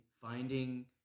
finding